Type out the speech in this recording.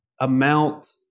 amount